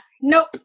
nope